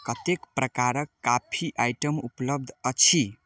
कतेक प्रकारक काफी आइटम उपलब्ध अछि